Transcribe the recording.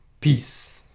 peace